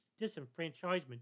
disenfranchisement